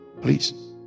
Please